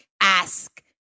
ask